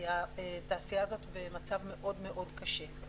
כי התעשייה הזאת במצב מאוד מאוד קשה.